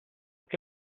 che